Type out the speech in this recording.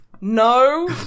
No